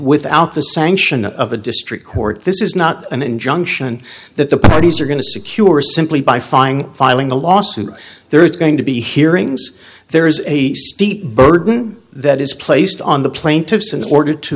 without the sanction of a district court this is not an injunction that the parties are going to secure simply by finding filing a lawsuit there is going to be hearings there is a deep burden that is placed on the plaintiffs in order to